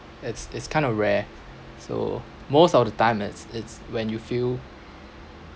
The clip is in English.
it's it's kind of rare so most of the time it's it's when you feel